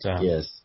Yes